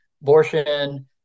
abortion